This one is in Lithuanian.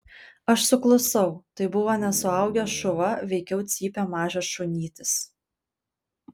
aš suklusau tai buvo ne suaugęs šuva veikiau cypė mažas šunytis